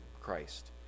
Christ